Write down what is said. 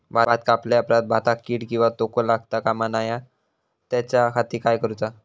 भात कापल्या ऑप्रात भाताक कीड किंवा तोको लगता काम नाय त्याच्या खाती काय करुचा?